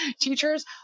teachers